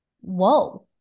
Whoa